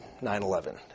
9-11